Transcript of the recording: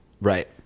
Right